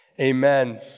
Amen